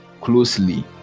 closely